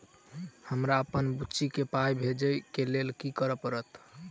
हमरा अप्पन बुची केँ पाई भेजइ केँ लेल की करऽ पड़त?